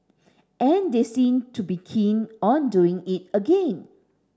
and they seem to be keen on doing it again